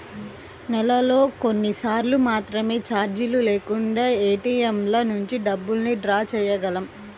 నెలలో కొన్నిసార్లు మాత్రమే చార్జీలు లేకుండా ఏటీఎంల నుంచి డబ్బుల్ని డ్రా చేయగలం